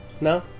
no